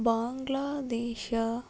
Bangladesh